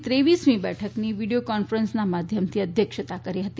ની ત્રેવીસમી બેઠકની વિડિયો કોન્ફરન્સના માધ્યમથી અધ્યક્ષતા કરી હતી